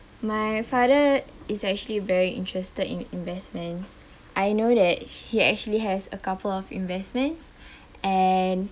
my father IS actually very interested in investments I know that he actually has a couple of investments and